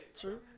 True